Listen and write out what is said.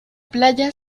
playa